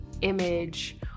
image